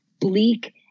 bleak